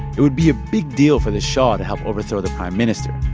it would be a big deal for the shah to help overthrow the prime minister,